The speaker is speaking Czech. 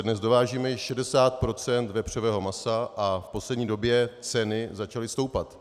Dnes dovážíme již 60 procent vepřového masa a v poslední době ceny začaly stoupat.